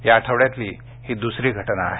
या आठवड्यातली ही दुसरी घटना आहे